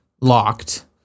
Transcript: locked